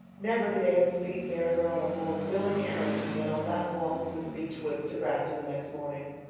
never did anne's feet bear her on a more willing errand than on that walk through the beechwoods to grafton the next morning.